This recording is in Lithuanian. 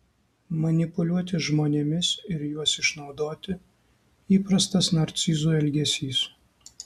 manipuliuoti žmonėmis ir juos išnaudoti įprastas narcizų elgesys